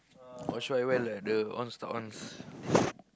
or should I wear like the on Star ones